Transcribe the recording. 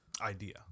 idea